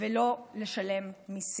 ולא לשלם מיסים.